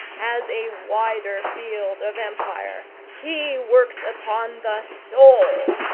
has a wider field of empire. he works upon the soul.